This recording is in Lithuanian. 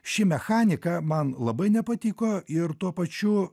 ši mechanika man labai nepatiko ir tuo pačiu